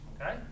Okay